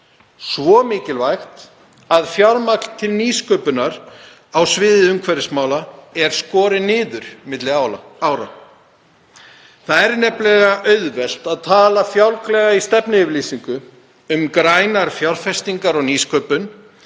Svo mikilvægt að fjármagn til nýsköpunar á sviði umhverfismála er skorið niður milli ára. Það er nefnilega auðvelt að tala fjálglega í stefnuyfirlýsingu um grænar fjárfestingar og nýsköpun